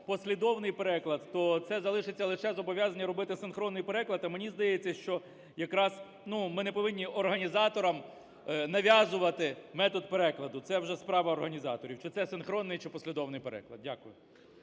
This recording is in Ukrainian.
"послідовний переклад", то це залишиться лише зобов'язання робити синхронний переклад. А мені здається, що якраз ми не повинні організаторам нав'язувати метод перекладу, це вже справа організаторів: чи це синхронний чи послідовний переклад. Дякую.